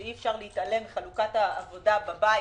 שאי אפשר להתעלם מחלוקת העבודה בבית,